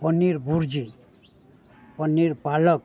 paneer bhurji paneer પાલક